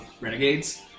renegades